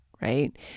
right